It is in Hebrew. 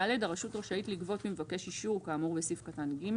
(ד) הרשות רשאית לגבות ממבקש אישור כאמור בסעיף קטן (ג)